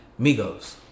Migos